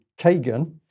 Kagan